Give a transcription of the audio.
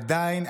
עדיין,